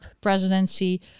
presidency